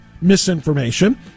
misinformation